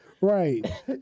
Right